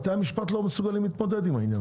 בתי המשפט לא מסוגלים להתמודד עם העניין הזה.